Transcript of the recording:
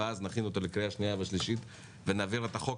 ונכין אותו לקריאה שנייה ושלישית ונעביר את החוק